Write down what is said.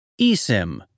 eSIM